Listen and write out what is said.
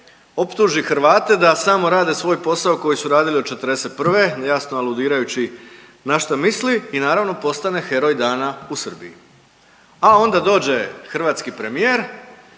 optuži Hrvate da samo rade svoj posao koji su radili od '41., jasno aludirajući na šta misli i naravno postane heroj dana u Srbiji, a onda dođe hrvatski premijer